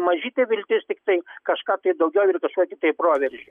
mažytė viltis tiktai kažką tai daugiau ir kažkokį tai proveržį